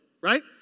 right